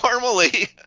normally